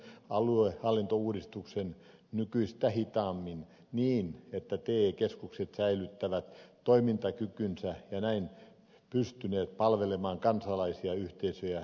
olisin tehnyt aluehallintouudistuksen nykyistä hitaammin niin että te keskukset olisivat säilyttäneet toimintakykynsä ja näin olisivat pystyneet palvelemaan kansalaisia yhteisöjä ja yrityksiä